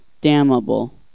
damnable